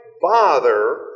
bother